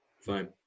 fine